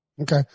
Okay